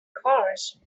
cars